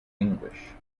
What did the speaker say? english